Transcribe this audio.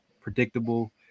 predictable